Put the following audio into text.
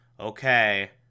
Okay